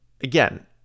again